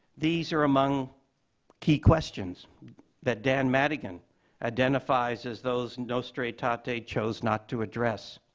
these are among key questions that dan madigan identifies as those nostra aetate ah aetate chose not to address.